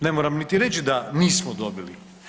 Ne moram niti reć da nismo dobili.